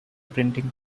printing